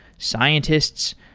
scientists,